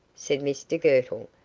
said mr girtle.